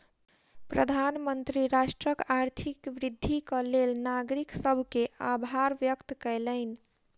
प्रधानमंत्री राष्ट्रक आर्थिक वृद्धिक लेल नागरिक सभ के आभार व्यक्त कयलैन